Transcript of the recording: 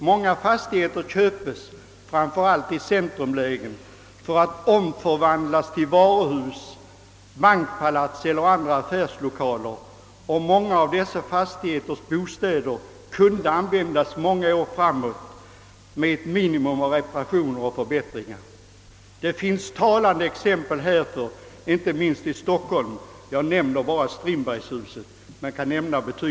Många fastigheter köps — framför allt de i centrumlägena — för att omvandlas till varuhus, bankpalats eller andra affärslokaler, och många av dessa fastigheters bostäder kunde användas många år framåt med ett minimum av reparatio ner och förbättringar. Det finns talande exempel härpå inte minst i Stockholm. Jag nämner bara det s.k. Strindbergshuset, men jag kunde nämna fler.